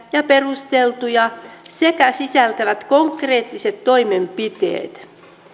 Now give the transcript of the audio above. ja perusteltuja sekä sisältävät konkreettiset toimenpiteet